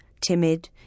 Timid